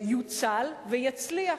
יוצל ויצליח,